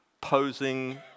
posing